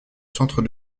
centre